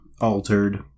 altered